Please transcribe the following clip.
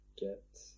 get